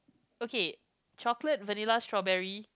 okay chocolate vanilla strawberry